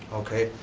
okay.